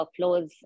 workflows